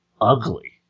ugly